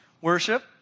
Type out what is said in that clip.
worship